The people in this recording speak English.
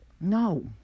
No